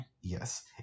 yes